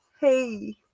Hey